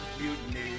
Mutiny